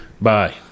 Bye